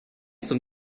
zum